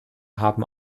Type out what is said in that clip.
haben